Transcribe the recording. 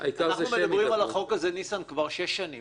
העבירה היא גם של המשלם וגם של הנותן.